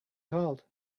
called